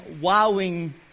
wowing